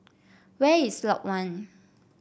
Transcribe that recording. where is Lot One